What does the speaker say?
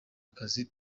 akazi